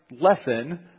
lesson